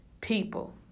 people